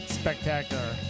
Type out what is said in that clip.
spectacular